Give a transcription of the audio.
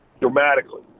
dramatically